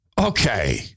okay